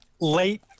Late